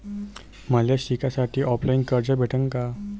मले शिकासाठी ऑफलाईन कर्ज भेटन का?